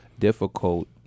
difficult